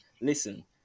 listen